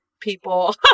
people